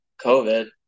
COVID